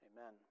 Amen